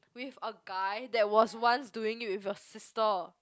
with a guy that was once doing it with your sister